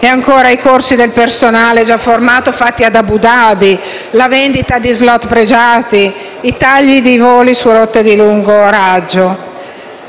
e per i corsi del personale già formato fatti ad Abu Dhabi. E aggiungo la vendita di *slot* pregiati e i tagli di voli su rotte di lungo raggio.